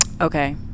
Okay